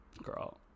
Girl